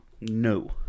No